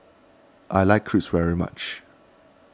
I like Crepe very much